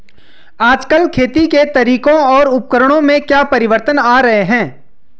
आजकल खेती के तरीकों और उपकरणों में क्या परिवर्तन आ रहें हैं?